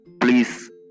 please